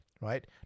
right